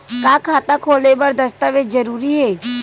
का खाता खोले बर दस्तावेज जरूरी हे?